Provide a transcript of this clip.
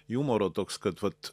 jumoro toks kad vat